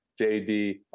JD